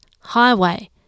highway